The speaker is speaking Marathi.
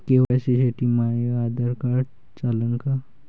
के.वाय.सी साठी माह्य आधार कार्ड चालन का?